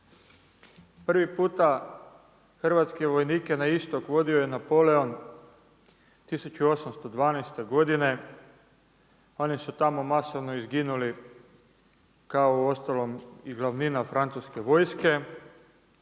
Prva puta hrvatske vojnike na istok vodio je Napoleon 1812. godine, oni su tamo masovno izginuli, kao uostalom i glavnina francuske vojske.